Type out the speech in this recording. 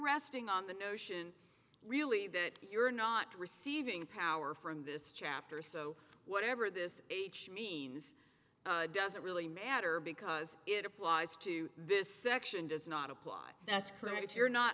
resting on the notion really that you're not receiving power from this chapter so whatever this means doesn't really matter because it applies to this section does not apply that's right you're not